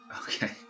Okay